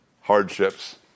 hardships